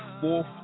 fourth